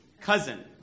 cousin